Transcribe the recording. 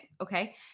okay